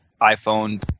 iPhone